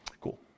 Cool